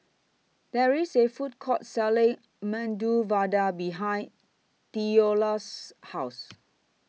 There IS A Food Court Selling Medu Vada behind Theola's House